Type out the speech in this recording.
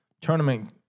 tournament